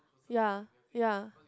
ya ya